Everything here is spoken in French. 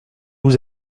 vous